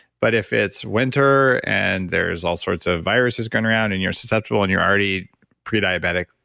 but if it's winter and there's all sorts of viruses going around and you're susceptible and you're already pre-diabetic,